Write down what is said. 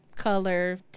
Color